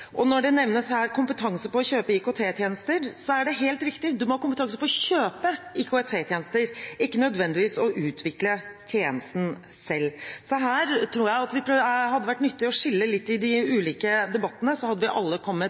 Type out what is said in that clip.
Når det nevnes kompetanse på å kjøpe IKT-tjenester, er det helt riktig: Man må ha kompetanse på å kjøpe IKT-tjenester, ikke nødvendigvis på å utvikle tjenesten selv. Her tror jeg det hadde vært nyttig å skille litt i de ulike debattene, da hadde vi alle kommet